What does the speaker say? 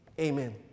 Amen